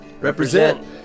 represent